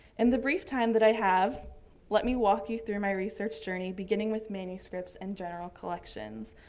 and the brief time that i have let me walk you through my research journey beginning with manuscripts and general collections.